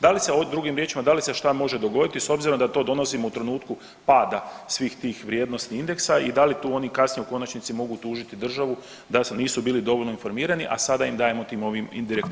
Drugim riječima, da li se šta može dogoditi s obzirom da to donosimo u trenutku pada svih tih vrijednosti indeksa i da li tu oni kasnije u konačnici mogu tužiti državu da nisu bili dovoljno informirani, a sada im dajemo tim ovim direktivama.